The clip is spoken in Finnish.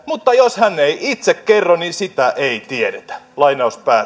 mutta jos hän ei itse kerro niin sitä ei tiedetä